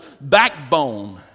backbone